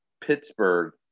Pittsburgh